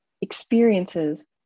experiences